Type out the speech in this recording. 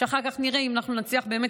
ואחר כך נראה אם אנחנו נצליח באמת